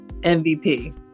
MVP